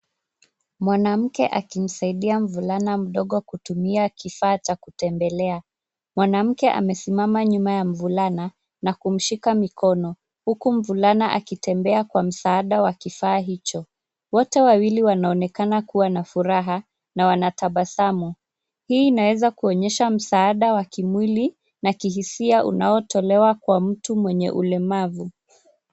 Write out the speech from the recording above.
Mwanamke akimsaidia mvulana mdogo kutumia kifaa cha kutembelea. Mwanamke amesimama nyuma ya mvulana na kumshika mikono huku mvulana akitembea kwa msaada wa kifaa hicho. Wote wawili wanaonekana kuwa na furaha na wanatabasamu. Hii inaweza kuonyesha msaada wa kimwili na kihisia unaotelewa kwa mtu mwenye ulemavu.